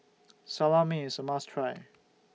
Salami IS A must Try